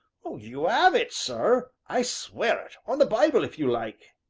you have it, sir i swear it on the bible if you like.